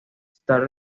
estar